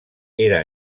era